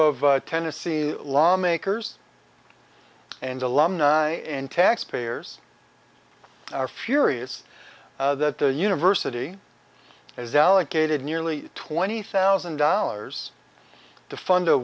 of tennessee lawmakers and alumni and taxpayers are furious that the university is allocated nearly twenty thousand dollars to fund a